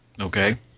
Okay